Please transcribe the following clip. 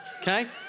Okay